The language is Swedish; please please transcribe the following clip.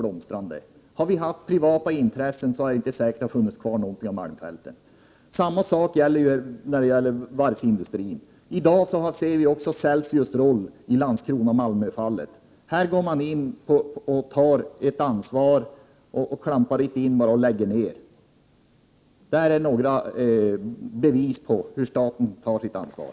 Hade det bara funnits privata intressen, är det inte säkert att det hade funnits någonting kvar av malmfälten. Detsamma gäller varvsindustrin. I dag ser vi också Celsius roll när det gäller Landskrona och Malmö. Här går staten in och tar ett ansvar. Man klampar inte bara in och lägger ned. Detta är några bevis på att staten tar ansvar.